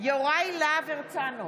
יוראי להב הרצנו,